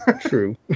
true